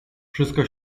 wszystko